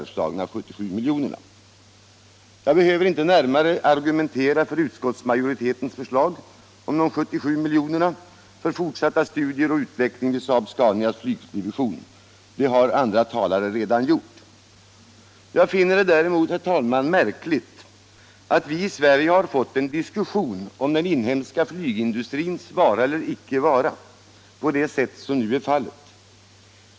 Jag behöver inte närmare argumentera för utskottsmajoritetens förslag om de 77 miljonerna för fortsatta studier och utveckling vid SAAB Scanias flygdivision. Det har andra talare redan gjort. Jag finner det däremot, herr talman, märkligt att vi i Sverige har fått en diskussion om den inhemska flygindustrins vara eller icke vara på det sätt som nu är fallet.